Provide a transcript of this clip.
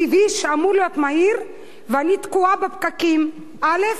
כביש שאמור להיות מהיר, ואני תקועה בפקקים, א.